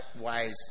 wise